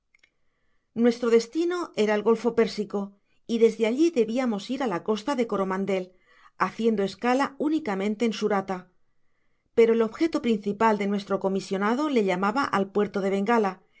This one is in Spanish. nuestro destino era el golfo pérsico y desde alli debiamos ir á la costa de coromandel haciendo escala únicamente en surata pero el objeto principal de nuestro comisionado le llamaba al puerto de bengala